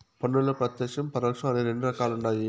పన్నుల్ల ప్రత్యేక్షం, పరోక్షం అని రెండు రకాలుండాయి